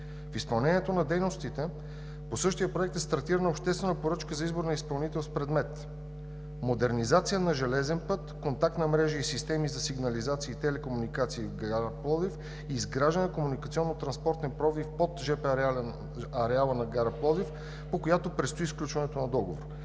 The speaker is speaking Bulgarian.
В изпълнението на дейностите по същия проект е стартирана обществена поръчка за избор на изпълнител с предмет „Модернизация на железен път, контактна мрежа и системи за сигнализация и телекомуникации в гара Пловдив и изграждане на комуникационно-транспортен пробив под жп ареала на гара Пловдив“, по която предстои сключването на договор.